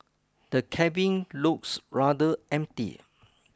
the cabin looks rather empty